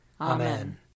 Amen